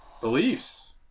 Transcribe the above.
beliefs